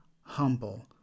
humble